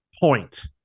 point